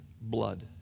blood